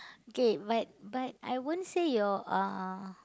K but but I won't say your uh